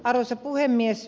arvoisa puhemies